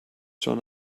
schon